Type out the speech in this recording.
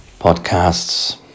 podcasts